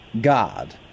God